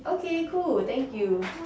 okay cool thank you